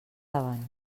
davant